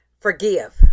Forgive